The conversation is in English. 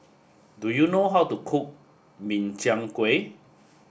do you know how to cook Min Chiang Kueh